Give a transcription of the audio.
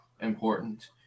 important